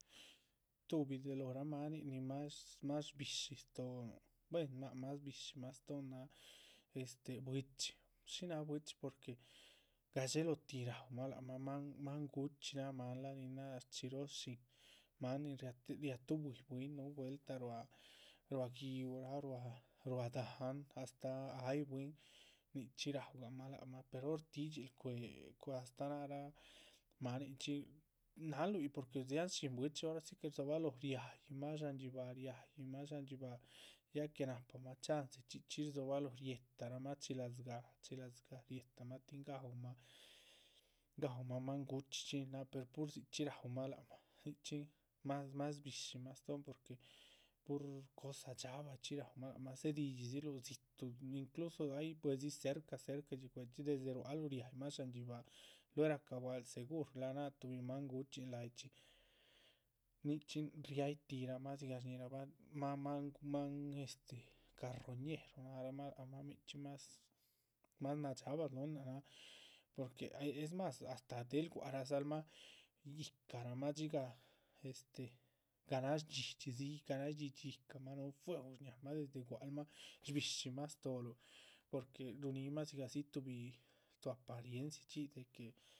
Tuhbi de lóhoraa máanin nin más más shbi´shi stóonuh buen náha más shbi´shimah stóon, este bwichi shiná bwichi porque gashélotih raúmah máan máan gu´chxi máanlah. nin náha shchxiróho shín, máan nin riá riatuhubui bwín núhu vueltah ruá ruá gi´uh, ah ruá ruá dahán, astáh ay bwín nichxí raú rahmahlac mah, per hor tidxiluh cuéh. cuéh astáh náarah maninchxi náhanluh yíc porque dziáhan shín bwichi hora si que rdzobaloho riayih mah sháhan dxíbaha, riayih mah sháhan dxíbaha, ya que nahpamah chance. chxí chxí rdzobalóho rieh taramah chiladzigaha, chiladzigaha rieh taramah tin gaúmah, gaúmah máan guchxi chxí nin náha per dzichxí raúhmah lac mah, nichxín más mas. shbi´shimah stóon porque pur cosa dxáabachxí raumah lac mah porque dzedidxidziluh dzituh incluso ay buedzi cerca cercadxí cuechxí desde ruáhaluh riáyimah. sháhan dxíbaha, lue´racabual segurla náha tuhbi máan guchxín láyichxí nichxín riá yih tihramah dzigah shñíhirabah máan, máan máan este carroñero nahramah lac mah. nichxín más más nadxaaba slóhon náac náha porque es más astáh del gua´c dzalmah yíhcaramah dxigah este ganash dxídxidzi ganash dxídxi yíhcamah núhu, fuehun shñámah. desde gua´c luh mah shbi´shimah stóoluh porque ruhunimah dzigah dzi tuhbi tuh aparienciachxí de que